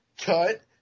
Cut